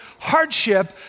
hardship